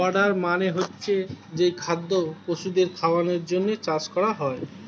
fodder মানে হচ্ছে যেই খাদ্য পশুদের খাওয়ানোর জন্যে চাষ করা হয়